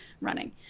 running